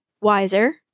wiser